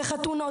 ולחתונות.